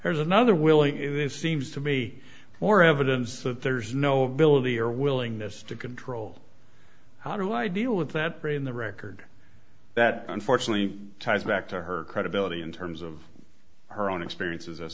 there's another will it is seems to me more evidence that there's no ability or willingness to control how do i deal with that in the record that unfortunately ties back to her credibility in terms of her own experiences as